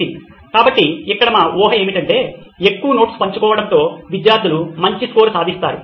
నితిన్ కాబట్టి ఇక్కడ మా ఊహ ఏమిటంటే ఎక్కువ నోట్స్ పంచుకోవడంతో విద్యార్థులు మంచి స్కోరు సాధిస్తారు